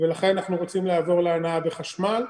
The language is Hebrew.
ולכן אנחנו רוצים לעבור להנעה בחשמל.